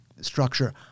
structure